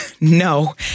No